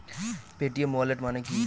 Paytm wallet মানে কি?